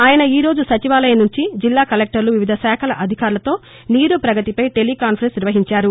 ఆయన ఈ రోజు సచివాలయం నుంచి జిల్లా కలెక్టర్లు వివిధ శాఖల అధికారులతో నీరు పగతిపై టెలీకాన్ఫరెన్స్ నిర్వహించారు